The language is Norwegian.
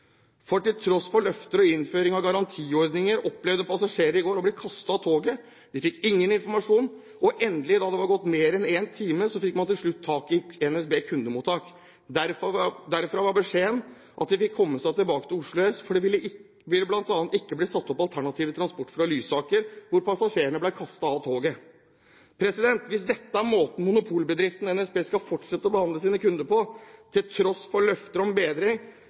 konkurranse. Til tross for løfter og innføring av garantiordninger, opplevde passasjerer i går å bli kastet av toget. De fikk ingen informasjon, og endelig, da det var gått mer enn én time, fikk man til slutt tak i NSBs kundemottak. Derfra var beskjeden at de fikk komme seg tilbake til Oslo S, fordi det bl.a. ikke ville bli satt opp alternativ transport fra Lysaker, der passasjerene ble kastet av toget. Hvis dette er måten monopolbedriften NSB skal fortsette å behandle sine kunder på, til tross for løfter om bedring,